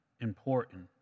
important